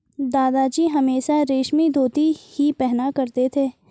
दादाजी हमेशा रेशमी धोती ही पहना करते थे